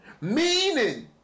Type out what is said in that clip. Meaning